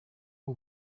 bwo